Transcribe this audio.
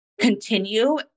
continue